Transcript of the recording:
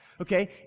okay